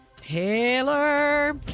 Taylor